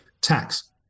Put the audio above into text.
tax